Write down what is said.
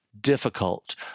difficult